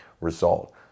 result